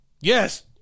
Yes